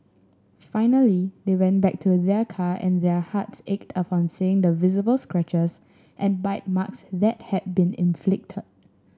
finally they went back to their car and their hearts ached upon seeing the visible scratches and bite marks that had been inflicted